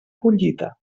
collita